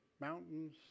mountains